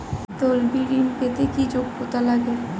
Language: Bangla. তলবি ঋন পেতে কি যোগ্যতা লাগে?